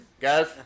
Guys